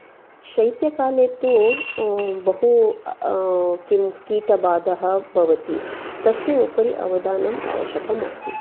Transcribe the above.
शैत्यकाले तु बहु किं कीटबाधा भवति तस्य उपरि अवदानम् आवश्यकमस्ति